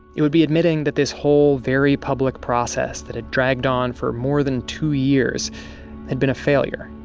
it would be admitting that this whole very public process that had dragged on for more than two years had been a failure.